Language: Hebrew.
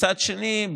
מצד שני,